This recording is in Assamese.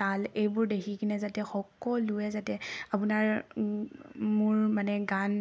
তাল এইবোৰ দেখি কেনে যাতে সকলোৱে যাতে আপোনাৰ মোৰ মানে গান